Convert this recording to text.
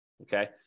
Okay